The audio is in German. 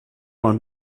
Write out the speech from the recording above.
man